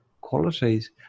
qualities